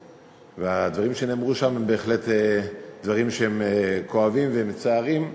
והדברים שנאמרו שם הם בהחלט דברים שהם כואבים והם מצערים,